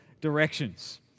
directions